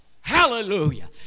Hallelujah